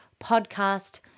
podcast